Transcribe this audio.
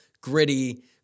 Gritty